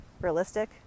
realistic